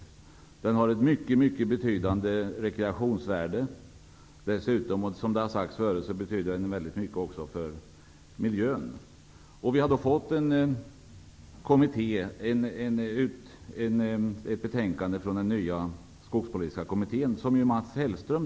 Skogen har ett mycket betydande rekreationsvärde. Dessutom är den också -- som det tidigare har sagts här -- väldigt betydelsefull för miljön. Hellström på sin tid tillsatte -- har avgivit ett betänkande.